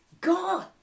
God